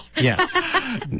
Yes